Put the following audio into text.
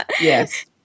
Yes